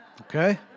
Okay